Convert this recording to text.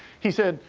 he said,